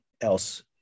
else